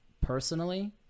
personally